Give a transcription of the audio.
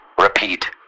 Repeat